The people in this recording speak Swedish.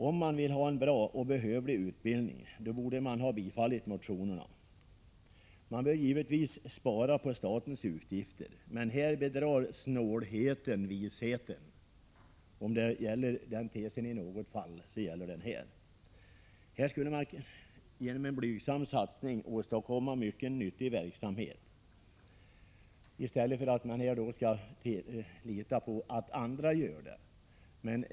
Om man vill ha en bra och behövlig utbildning borde man ha tillstyrkt motionerna. Vi bör givetvis spara på statens utgifter, men här bedrar snålheten visheten — om den tesen gäller i något fall, så är det här. Genom en blygsam satsning skulle man åstadkomma mycken nyttig verksamhet, i stället för att man litar på att andra gör det.